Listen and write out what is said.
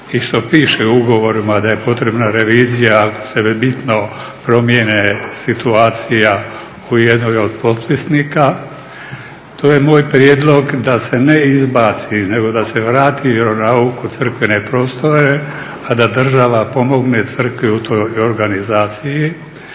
što piše u ugovorima da je potrebna revizija … promjene situacija u jednoj od potpisnika. To je moj prijedlog da se ne izbaci nego da se vrati vjeronauk u crkvene prostore, a da država pomogne Crkvi u toj organizaciji.